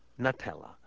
Nutella